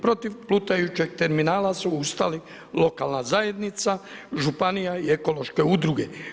Protiv plutajućeg terminala su ustali lokalna zajednica, županija i ekološke udruge.